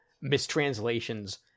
mistranslations